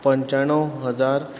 पंचाण्णव हजार